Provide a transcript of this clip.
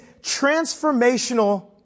transformational